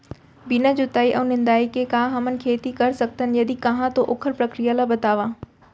बिना जुताई अऊ निंदाई के का हमन खेती कर सकथन, यदि कहाँ तो ओखर प्रक्रिया ला बतावव?